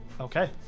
Okay